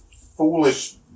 foolish